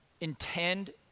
intend